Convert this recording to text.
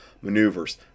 maneuvers